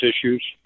issues